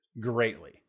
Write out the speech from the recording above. greatly